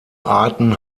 arten